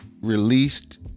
released